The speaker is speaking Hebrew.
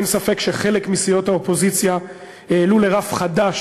אין ספק שחלק מסיעות האופוזיציה העלו לרף חדש